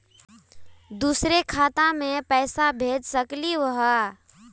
दुसरे खाता मैं पैसा भेज सकलीवह?